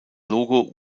logo